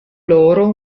loro